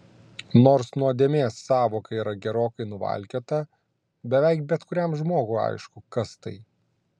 nors nuodėmės sąvoka yra gerokai nuvalkiota beveik bet kuriam žmogui aišku kas tai